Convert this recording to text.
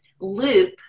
loop